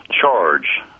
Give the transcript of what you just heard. charge